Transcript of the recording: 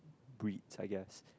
breed i guess